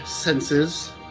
senses